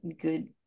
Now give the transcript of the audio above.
good